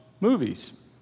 movies